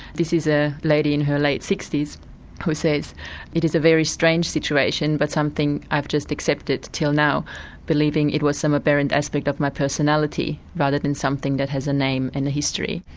this is a lady in her late sixty s who says it is a very strange situation but something i've just accepted till now believing it was some aberrant aspect of my personality rather than something that has a name and a history.